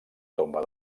tomba